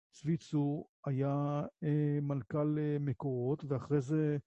סביצו היה מנכ"ל מקורות ואחרי זה...